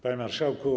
Panie Marszałku!